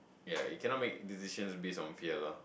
ya you cannot make decisions based on fear loh